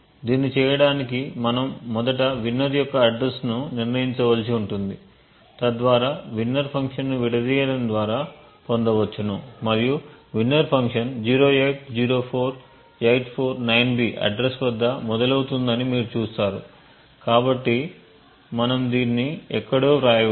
దీన్ని చేయడానికి మనం మొదట winner యొక్క అడ్రస్ ను నిర్ణయించవలసి ఉంటుంది తద్వారా winner ఫంక్షన్ ను విడదీయడం ద్వారా పొందవచ్చు మరియు winner ఫంక్షన్ 0804849B అడ్రస్ వద్ద మొదలవుతుందని మీరు చూస్తారు కాబట్టి మనం దీన్ని ఎక్కడో వ్రాయవచ్చు